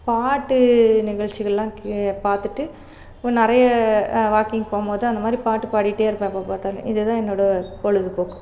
பாட்டு நிகழ்ச்சிகள்லாம் பார்த்துட்டு நிறைய வாக்கிங் போகும்போது அந்த மாதிரி பாட்டு பாடிட்டேருப்பேன் எப்போ பார்த்தாலும் இது தான் என்னோட பொழுதுபோக்கு